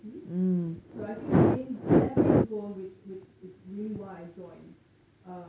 so I think the main their main goal which which is really why I joined um